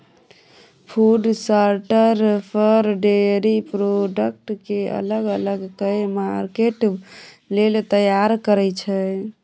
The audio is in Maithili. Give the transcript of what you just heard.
food sorter for, dairy product केँ अलग अलग कए मार्केट लेल तैयार करय छै